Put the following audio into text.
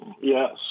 Yes